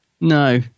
No